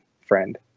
friend